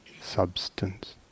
substance